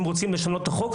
אם רוצים לשנות את החוק,